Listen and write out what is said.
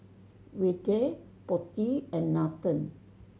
Vedre Potti and Nathan